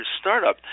startup